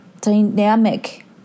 dynamic